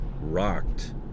rocked